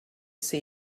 see